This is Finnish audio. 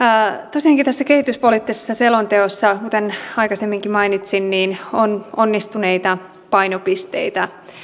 tosiaankin tässä kehityspoliittisessa selonteossa kuten aikaisemminkin mainitsin on onnistuneita painopisteitä